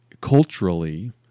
Culturally